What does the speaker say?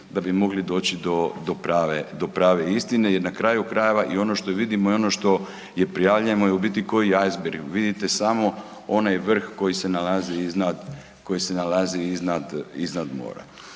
da bi mogli doći do prave istine jer na kraju krajeva i ono što vidimo i ono što je prijavljujemo je u biti ko eisberg vidite samo onaj vrh koji se nalazi iznad, koji